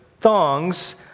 thongs